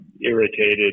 irritated